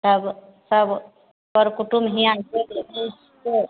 तब तब सरकुटुम हीयाँ गेल दूर से